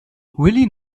willie